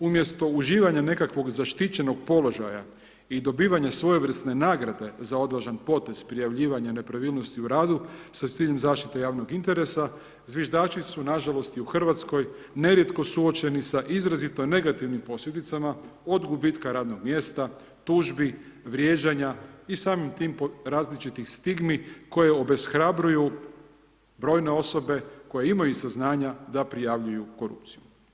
Umjesto uživanja nekakvog zaštićenog položaja i dobivanja svojevrsne nagrade za odvažan potez prijavljivanja nepravilnosti u radu sa ciljem zaštite javnog interesa zviždači su nažalost i u Hrvatskoj nerijetko suočeni sa izrazito negativnim posljedicama od gubitka radnog mjesta, tužbi, vrijeđanja i samim tim različitih stigmi koje obeshrabruju brojne osobe koje imaju saznanja da prijavljuju korupciju.